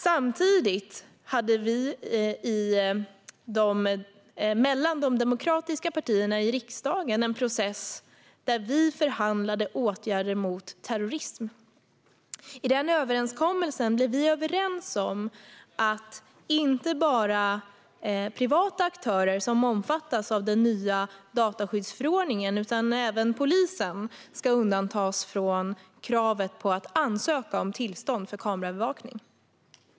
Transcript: Samtidigt pågick en process mellan de demokratiska partierna i riksdagen där vi förhandlade om åtgärder mot terrorism. I den överenskommelsen kom vi överens om att inte bara privata aktörer som omfattas av den nya dataskyddsförordningen utan även polisen ska undantas från kravet på att ansöka om tillstånd för kameraövervakning. Herr talman!